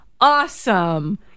awesome